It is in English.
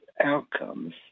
outcomes